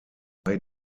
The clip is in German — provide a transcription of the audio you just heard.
bei